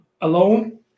alone